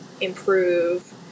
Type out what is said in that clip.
improve